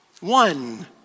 one